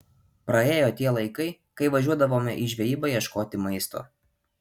praėjo tie laikai kai važiuodavome į žvejybą ieškoti maisto